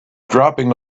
dropping